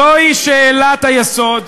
זוהי שאלת היסוד,